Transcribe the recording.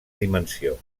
dimensió